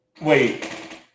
Wait